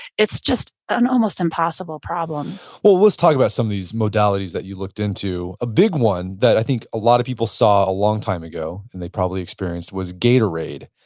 it's just an almost impossible problem well, let's talk about some of these modalities that you looked into. a big one that i think a lot of people saw a long time ago, and they probably experienced, was gatorade,